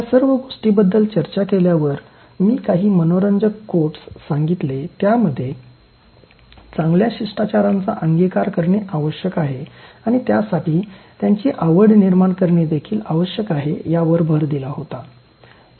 या सर्व गोष्टींबद्दल चर्चा केल्यावर मी काही मनोरंजक कोटस सांगितले त्यामध्ये चांगल्या शिष्टाचारांचा अंगीकार करणे आवश्यक आहे आणि त्यासाठी त्यांची आवड निर्माण करणे देखील आवश्यक आहे यावर भर दिला होता